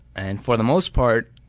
and for the most part,